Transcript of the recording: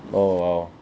oh !wow!